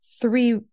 three